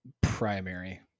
primary